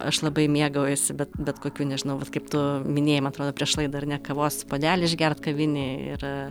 aš labai mėgaujuosi bet bet kokiu nežinau vat kaip tu minėjai man atrodo prieš laidą ar ne kavos puodelį išgert kavinėj ir